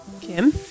Kim